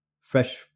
fresh